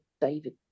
david